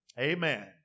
Amen